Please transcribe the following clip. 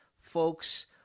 folks